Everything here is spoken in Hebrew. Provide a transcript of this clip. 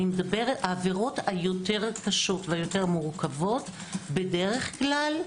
העבירות היותר קשות ומורכבות בדרך כלל,